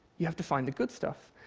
you have to find the good stuff,